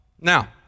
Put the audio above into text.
Now